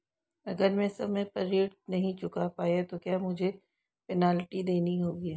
अगर मैं समय पर ऋण नहीं चुका पाया तो क्या मुझे पेनल्टी देनी होगी?